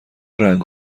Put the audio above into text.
رنگ